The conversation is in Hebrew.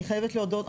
אני חייבת להודות,